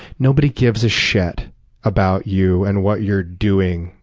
nobody gives a shit about you and what you're doing.